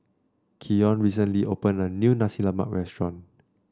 Keion recently opened a new Nasi Lemak restaurant